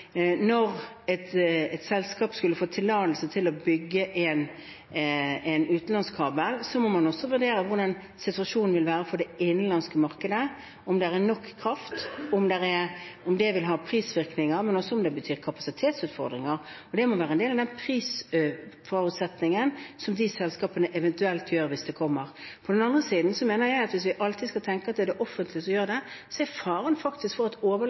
Når et selskap skal få tillatelse til å bygge en utenlandskabel, må man også vurdere hvordan situasjonen vil være for det innenlandske markedet, om det er nok kraft, om det vil ha prisvirkninger, og også om det betyr kapasitetsutfordringer. Det må være en del av prisforutsetningen for selskapene hvis de kommer. Samtidig mener jeg at hvis vi alltid skal tenke at det er det offentlige som gjør det, er faren faktisk at belastingen for